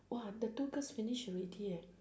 !wah! the two girls finish already eh